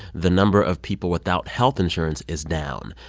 the number of people without health insurance is down.